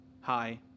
Hi